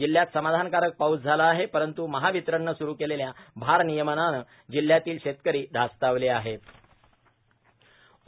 जिल्ह्यात समाधानकारक पाऊस झाला आहे परन्तु मर्हावतरणने सुरु केलेल्या भार ान्नयमनानं जिल्ह्यातील शेतकरीं धास्तावलााचंतेत आहे